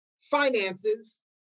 finances